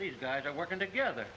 these guys are working together